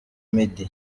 meddy